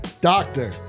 doctor